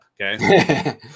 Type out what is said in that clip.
okay